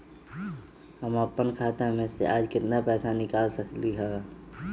हम अपन खाता में से आज केतना पैसा निकाल सकलि ह?